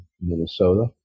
Minnesota